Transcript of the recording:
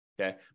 Okay